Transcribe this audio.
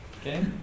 Okay